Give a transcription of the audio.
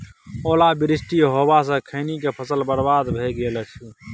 ओला वृष्टी होबा स खैनी के फसल बर्बाद भ गेल अछि?